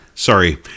Sorry